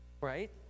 Right